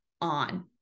on